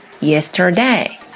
yesterday